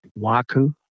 Waku